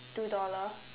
two dollar